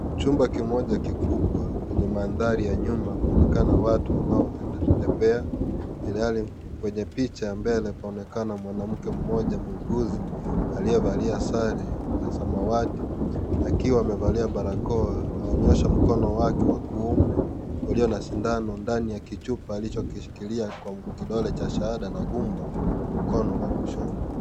Chumba kimoja kikubwa chenye mandhari ya nyumba panaonekana watu wanaotembea, ilhali kwenye picha. Mbele panaonekana mwanamke mmoja muuguzi aliyevalia sare ya samawati akiwa amevalia barakoa, amenyoosha mkono wake wa kuume ulio na sindano ndani ya kichupa alichokishikilia kwa kidole cha shahada na gumba mkono wa kushoto.